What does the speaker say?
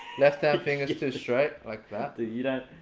left hand finger's too straight, like that. dude, you don't.